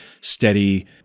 steady